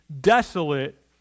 desolate